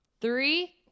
Three